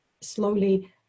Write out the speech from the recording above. slowly